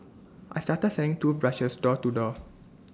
I started selling toothbrushes door to door